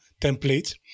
template